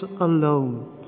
alone